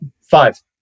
five